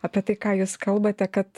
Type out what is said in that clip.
apie tai ką jūs kalbate kad